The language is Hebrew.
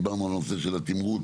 דיברנו על הנושא של התמרוץ.